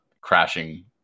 crashing